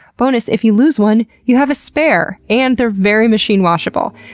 bonus, if you lose one, you have a spare and they're very machine washable.